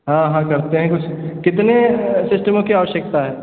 हाँ हाँ करते हैं कुछ कितने सिस्टमों की आवश्यकता है